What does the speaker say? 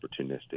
opportunistic